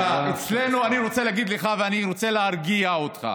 תשמע, אני רוצה להגיד לך, ואני רוצה להרגיע אותך: